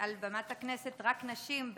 במת הכנסת רק נשים.